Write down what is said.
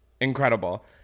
Incredible